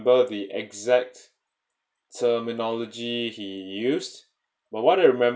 the exact terminology he used but what I rememeber